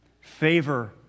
Favor